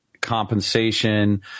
compensation